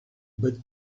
but